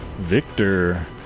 Victor